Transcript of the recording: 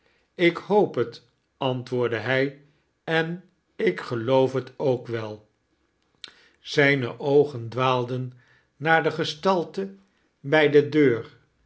ik hoop het antwoordde hij en ik geloof het ook wel zijine oogen dwaalden naar de gestalte bij de deur